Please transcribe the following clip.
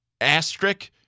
asterisk